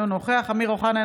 אינו נוכח אמיר אוחנה,